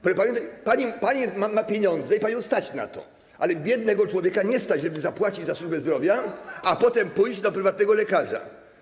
Pani ma pieniądze i panią stać na to, ale biednego człowieka nie stać, żeby zapłacić za służbę zdrowia, a potem pójść do prywatnego lekarza.